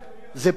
זה פוטש,